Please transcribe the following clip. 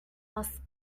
must